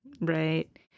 Right